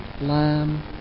Lamb